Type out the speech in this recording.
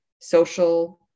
social